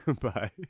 Bye